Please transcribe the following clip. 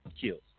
kills